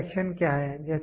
inspection क्या है